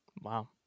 Wow